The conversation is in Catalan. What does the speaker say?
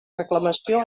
reclamació